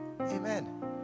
Amen